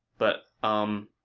but, umm,